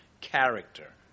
character